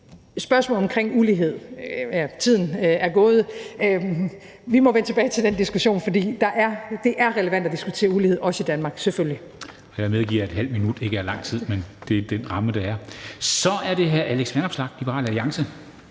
spørgsmålet omkring ulighed er tiden gået. Vi må vende tilbage til den diskussion, for det er relevant at diskutere ulighed, også i Danmark selvfølgelig. Kl. 13:34 Formanden (Henrik Dam Kristensen): Jeg medgiver, at ½ minut ikke er lang tid, men det er den ramme, der er. Så er det hr. Alex Vanopslagh, Liberal Alliance.